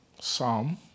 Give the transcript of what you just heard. Psalm